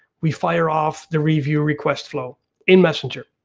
we fire off the review request flow in messenger.